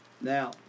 Now